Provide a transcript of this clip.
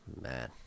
man